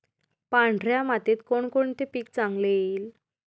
पांढऱ्या मातीत कोणकोणते पीक चांगले येईल?